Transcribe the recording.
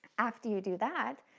after you do that,